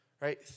Right